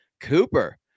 Cooper